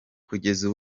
kugeza